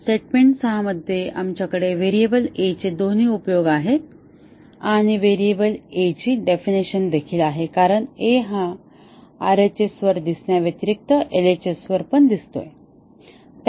statement 6 मध्ये आमच्याकडे variable a चे दोन्ही उपयोग आहेत आणि व्हेरिएबल a ची डेफिनिशन देखील आहे कारण a हा RHS वर दिसण्या व्यतिरिक्त LHS वर दिसतो